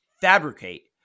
fabricate